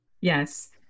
Yes